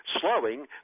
slowing